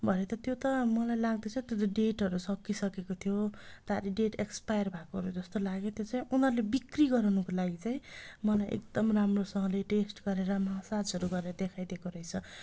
भरे त त्यो त मलाई लाग्दैछ त्यो त डेटहरू सकिसकेको थियो तारिख डेट एक्सपायर भएकोहरू जस्तो लाग्यो त्यो चाहिँ उनीहरूले बिक्री गराउनुको लागि चाहिँ मलाई एकदम राम्रोसँगले टेस्ट गरेर मसाजहरू गरेर देखाइदिएको रहेछ